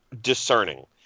discerning